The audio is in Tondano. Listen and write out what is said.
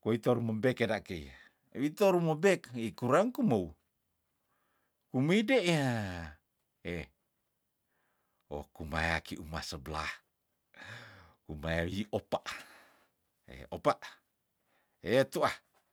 koitu rumembek kerakei wito rumebek ikurang kumou kumiy de yah eh okumaya ki uma seblah kumaya wi opa eh opa eh tuah